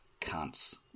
cunts